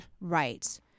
Right